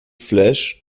flash